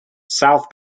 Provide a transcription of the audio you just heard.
south